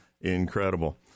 incredible